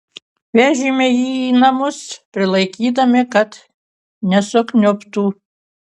vežėme jį į namus prilaikydami kad nesukniubtų